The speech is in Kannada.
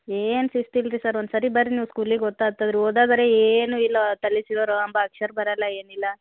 ಏನು ಶಿಸ್ತು ಇಲ್ಲ ರಿ ಸರ್ ಒಂದು ಸಾರಿ ಬನ್ರಿ ನೀವು ಸ್ಕೂಲಿಗೆ ಗೊತ್ತಾತ್ತದೆ ರಿ ಓದಾದ್ರೆ ಏನು ಇಲ್ಲ ತಲೆ ಸೀಳರೆ ಒಂದು ಅಕ್ಷರ ಬರೋಲ್ಲ ಏನಿಲ್ಲ